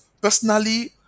Personally